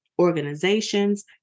organizations